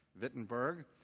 Wittenberg